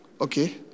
okay